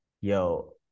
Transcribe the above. yo